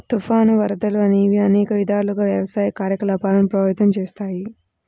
తుఫాను, వరదలు అనేవి అనేక విధాలుగా వ్యవసాయ కార్యకలాపాలను ప్రభావితం చేస్తాయి